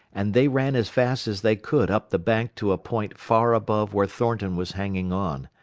and they ran as fast as they could up the bank to a point far above where thornton was hanging on.